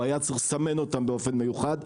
הוא היה צריך לסמן אותם באופן מיוחד.